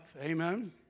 Amen